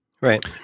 Right